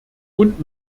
und